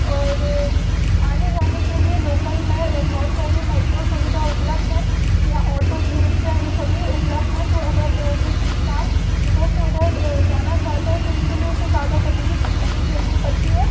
और आने जाने के लिए लोकल में बहुत सारी मेट्रो सुविधा उपलब्ध हैं यहाँ ऑटो या रिक्शा ये सभी उपलब्ध हैं तो अगर एक इंसान इधर से उधर जाना चाहता है तो उसके लिए उसे ज़्यादा तकलीफ़ नहीं झेलनी पड़ती है